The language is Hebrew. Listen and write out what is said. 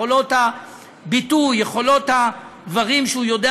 יכולות הביטוי ויכולות הדברים שהוא יודע